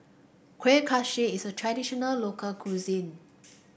Kueh Kaswi is a traditional local cuisine